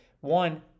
one